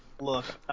look